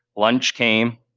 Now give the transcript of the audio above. lunch came.